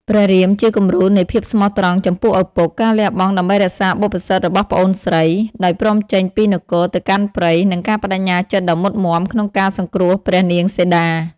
ព្រះរាមជាគំរូនៃភាពស្មោះត្រង់ចំពោះឪពុក ការលះបង់ដើម្បីរក្សាបុព្វសិទ្ធិរបស់ប្អូនស្រី ដោយព្រមចេញពីនគរទៅកាន់ព្រៃ និងការប្ដេជ្ញាចិត្តដ៏មុតមាំក្នុងការសង្គ្រោះព្រះនាងសីតា ។